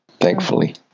Thankfully